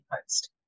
post